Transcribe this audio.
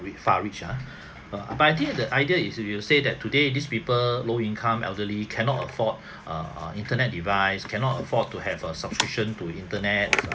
far reach ah err but I think the idea is you you say that today these people low income elderly cannot afford uh uh internet device cannot afford to have a subscription to internet